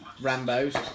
Rambo's